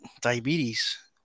diabetes